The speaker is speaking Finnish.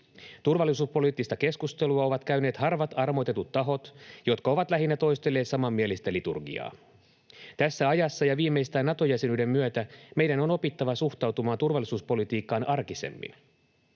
Turvallisuuspoliittista keskustelua ovat käyneet harvat armoitetut tahot, jotka ovat lähinnä toistelleet samanmielistä liturgiaa. Tässä ajassa ja viimeistään Nato-jäsenyyden myötä meidän on opittava suhtautumaan turvallisuuspolitiikkaan arkisemmin.